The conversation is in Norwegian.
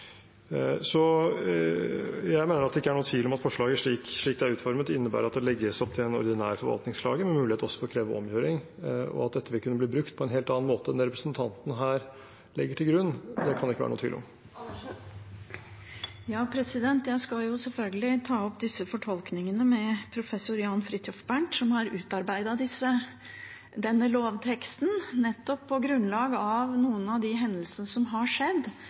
Så jeg mener at det ikke er noen tvil om at forslaget, slik det er utformet, innebærer at det legges opp til en ordinær forvaltningsklage, også med mulighet til å kreve omgjøring, og at dette vil kunne bli brukt på en helt annen måte enn det representanten her legger til grunn. Det kan det ikke være noen tvil om. Jeg skal selvfølgelig ta opp disse fortolkningene med professor Jan Fridthjof Bernt, som har utarbeidet denne lovteksten, nettopp på grunnlag av noen av de hendelsene som har skjedd,